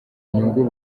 nyungu